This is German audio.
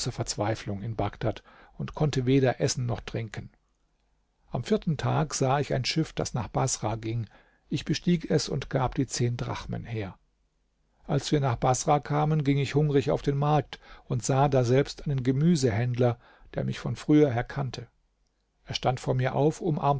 verzweiflung in bagdad und konnte weder essen noch trinken am vierten tag sah ich ein schiff das nach baßrah ging ich bestieg es und gab die zehn drachmen her als wir nach baßrah kamen ging ich hungrig auf den markt und sah daselbst einen gemüsehändler der mich von früher her kannte er stand vor mir auf